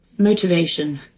motivation